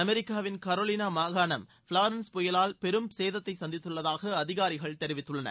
அமெரிக்காவின் கரோலினா மாகாணம் ஃபிளாரன்ஸ் புயலால் பெரும் சேதத்தை சந்தித்துள்ளதாக அதிகாரிகள் தெரிவித்துள்ளனர்